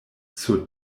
sur